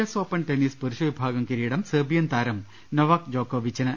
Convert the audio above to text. S open tennis പുരുഷവിഭാഗം കിരീടം Serbian താരം നൊവാക് ജോക്കോവിച്ചിന്